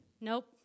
Nope